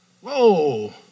Whoa